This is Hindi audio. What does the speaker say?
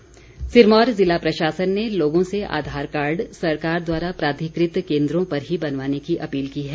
आघार कार्ड सिरमौर ज़िला प्रशासन ने लोगों से आधार कार्ड सरकार द्वारा प्राधिकृत केन्द्रों पर ही बनवाने की अपील की है